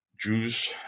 Jews